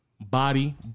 body